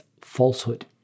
falsehood